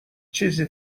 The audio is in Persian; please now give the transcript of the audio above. چیزی